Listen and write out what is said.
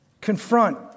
confront